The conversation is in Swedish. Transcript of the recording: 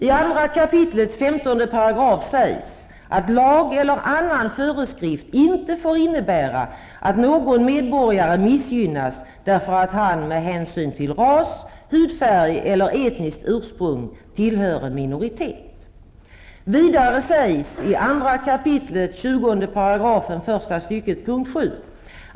I 2 kap. 15 § sägs att lag eller annan föreskrift inte får innebära att någon medborgare missgynnas därför att han med hänsyn till ras, hudfärg eller etniskt ursprung tillhör en minoritet. Vidare sägs i 2 kap. 20 § 1 st. 7p.